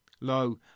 Lo